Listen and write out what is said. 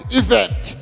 event